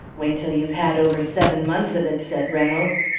wait till you've had over seven months of it, said reynolds.